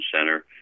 center